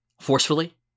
Forcefully